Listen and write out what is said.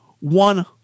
one